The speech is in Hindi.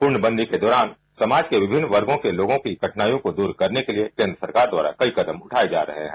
पूर्णबंदी के दौरान समाज के विभिन्न वर्गो के लोगों की कठिनाइयों को दूर करने के लिए केन्द्र सरकार द्वारा कई कदम उठाये जा रहे हैं